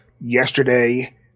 Yesterday